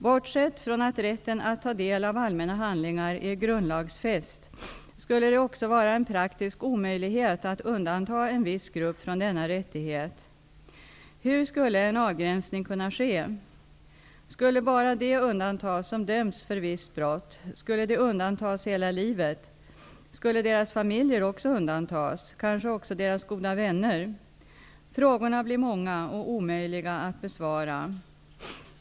Bortsett från att rätten att ta del av allmänna handlingar är grundlagsfäst skulle det vara en praktisk omöjlighet att undanta en viss grupp från denna rättighet. Hur skulle en avgränsning kunna ske? Skulle bara de undantas som dömts för vissa brott? Skulle de undantas hela livet? Skulle deras familjer också undantas? Kanske också deras goda vänner? Frågorna blir många och omöjliga att besvara.